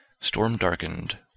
Storm-darkened